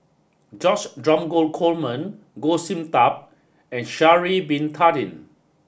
George Dromgold Coleman Goh Sin Tub and Sha'ari bin Tadin